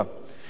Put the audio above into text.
מי זה "והוא"?